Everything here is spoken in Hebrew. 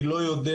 אני לא יודע,